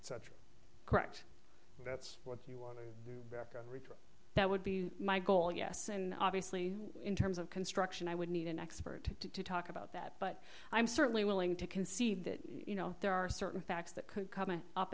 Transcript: such correct that's what you want to retrieve that would be my goal yes and obviously in terms of construction i would need an expert to talk about that but i'm certainly willing to concede that you know there are certain facts that could come up